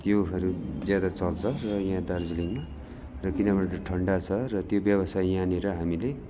त्योहरू ज्यादा चल्छ र यहाँ दार्जिलिङमा र किनभने त्यो ठन्डा छ र त्यो व्यवसाय यहाँनिर हामीले